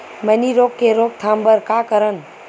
मैनी रोग के रोक थाम बर का करन?